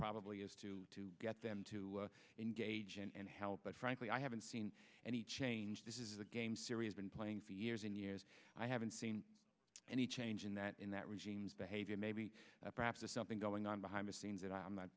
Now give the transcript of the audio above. probably is to get them to engage and help but frankly i haven't seen any change this is a game syria's been playing for years and years i haven't seen any change in that in that regime's behavior maybe perhaps to something going on behind the scenes that i'm not